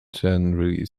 generally